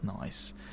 nice